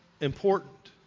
important